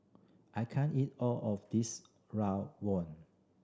I can't eat all of this rawon